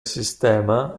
sistema